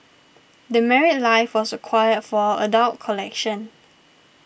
The Married Life was acquired for our adult collection